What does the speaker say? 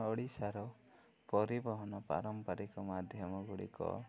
ଓଡ଼ିଶାର ପରିବହନ ପାରମ୍ପରିକ ମାଧ୍ୟମ ଗୁଡ଼ିକ